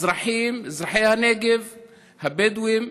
אזרחי הנגב הבדואים,